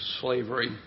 slavery